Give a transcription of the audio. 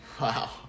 Wow